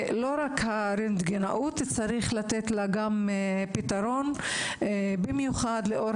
לא רק הרנטגנאות, צריך לתת פתרון, במיוחד לאור